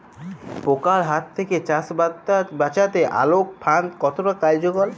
পোকার হাত থেকে চাষ বাচাতে আলোক ফাঁদ কতটা কার্যকর?